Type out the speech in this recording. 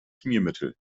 schmiermittel